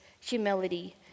humility